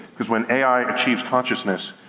because when ai achieves consciousness,